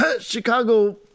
Chicago